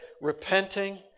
repenting